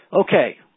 Okay